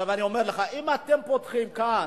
עכשיו, אני אומר לך: אם אתם פותחים כאן,